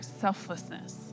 selflessness